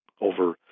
over